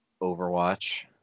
Overwatch